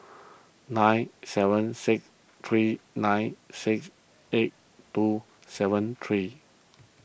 nine seven six three nine six eight two seven three